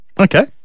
okay